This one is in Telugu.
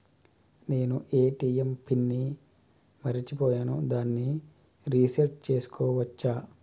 నేను ఏ.టి.ఎం పిన్ ని మరచిపోయాను దాన్ని రీ సెట్ చేసుకోవచ్చా?